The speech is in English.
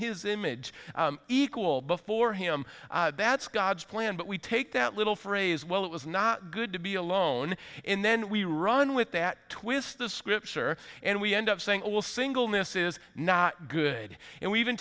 his image equal before him that's god's plan but we take that little phrase well it was not good to be alone and then we run with that twist the scripture and we end up saying all singleness is not good and we even